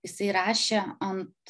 jisai rašė ant